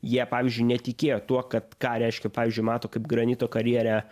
jie pavyzdžiui netikėjo tuo kad ką reiškia pavyzdžiui mato kaip granito karjere